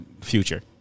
future